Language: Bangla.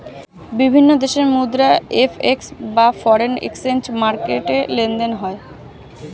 বিভিন্ন দেশের মুদ্রা এফ.এক্স বা ফরেন এক্সচেঞ্জ মার্কেটে লেনদেন হয়